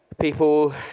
People